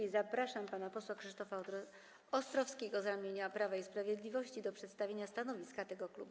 I zapraszam pana posła Krzysztofa Ostrowskiego z ramienia Prawa i Sprawiedliwości do przedstawienia stanowiska tego klubu.